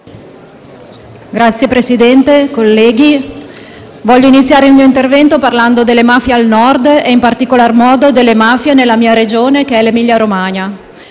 Signor Presidente, colleghi, voglio iniziare il mio intervento parlando delle mafie al Nord, e in particolar modo delle mafie nella mia Regione, l'Emilia-Romagna.